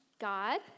God